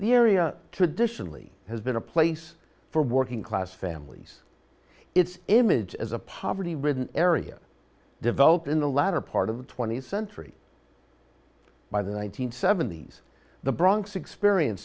the area traditionally has been a place for working class families its image as a poverty ridden area developed in the latter part of the twentieth century by the one nine hundred seventy s the bronx experience